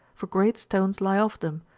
for great stones lie off them,